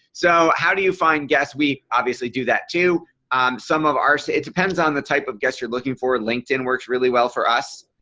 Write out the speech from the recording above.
so how do you find guests? we obviously do that to some of ours. it depends on the type of guest you're looking for linkedin and works really well for us.